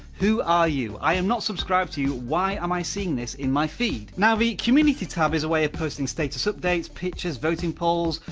who are you? i am not subscribed to you, why am i seeing this in my feed? now the community tab is a way of posting status updates, pictures, voting polls,